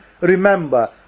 Remember